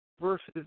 versus